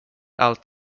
allt